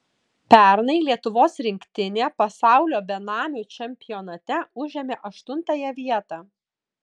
pernai lietuvos rinktinė pasaulio benamių čempionate užėmė aštuntąją vietą